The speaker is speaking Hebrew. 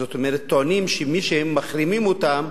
זאת אומרת, טוענים שמי שהם מחרימים אותם,